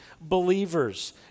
believers